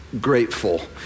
grateful